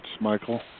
Michael